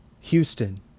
Houston